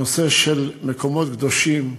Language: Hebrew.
הנושא של מקומות קדושים,